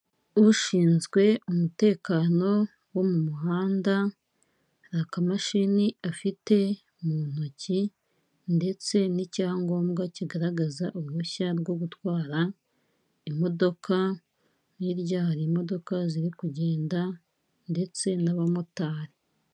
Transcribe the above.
Ushinzwe umutekano wo mu muhanda, hari akamashini afite mu ntoki ndetse n'icyangombwa kigaragaza uruhushya rwo gutwara imodoka, hirya hari imodoka ziri kugenda ndetse n'abamotari.